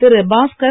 Thiru Bhaskar